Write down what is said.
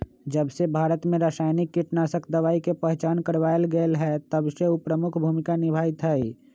जबसे भारत में रसायनिक कीटनाशक दवाई के पहचान करावल गएल है तबसे उ प्रमुख भूमिका निभाई थई